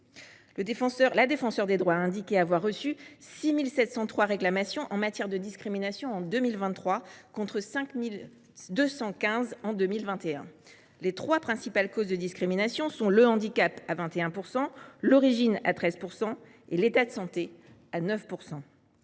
La Défenseure des droits a indiqué avoir reçu 6 703 réclamations liées à des discriminations en 2023, contre 5 215 en 2021. Les trois principales causes de discrimination sont le handicap – 21 %–, l’origine – 13 %– et l’état de santé – 9 %.